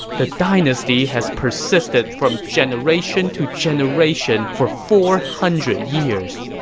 the dynasty has persisted from generation to generation for four hundred years.